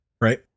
Right